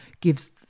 gives